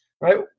right